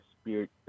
Spirit